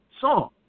song